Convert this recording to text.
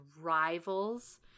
rivals